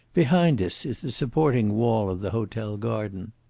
behind us is the supporting wall of the hotel garden.